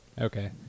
Okay